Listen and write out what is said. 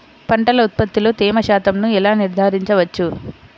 పంటల ఉత్పత్తిలో తేమ శాతంను ఎలా నిర్ధారించవచ్చు?